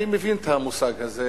אני מבין את המושג הזה,